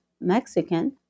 Mexican